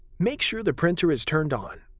make sure the printer is turned on.